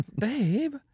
Babe